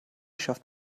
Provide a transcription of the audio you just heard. schafft